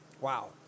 Wow